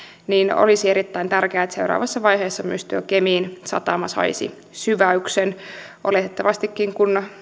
niin olisi erittäin tärkeää että seuraavassa vaiheessa myös tuo kemin satama saisi syväämisen kun oletettavastikin